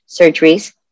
surgeries